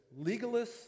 legalists